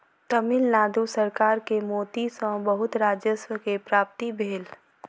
तमिल नाडु सरकार के मोती सॅ बहुत राजस्व के प्राप्ति भेल